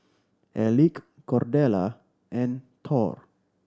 Elick Cordella and Thor